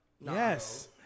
Yes